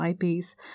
IPs